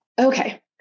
Okay